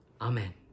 Amen